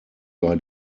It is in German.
bei